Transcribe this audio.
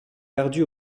perdu